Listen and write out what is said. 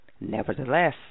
Nevertheless